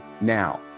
now